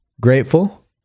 Grateful